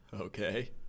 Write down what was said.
Okay